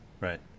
right